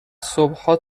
صبحها